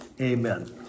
Amen